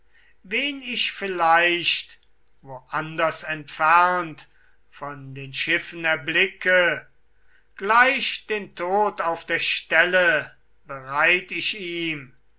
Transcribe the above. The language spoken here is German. wen ich vielleicht wo anders entfernt von den schiffen erblicke gleich den tod auf der stelle bereit ich ihm